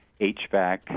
HVAC